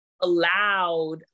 allowed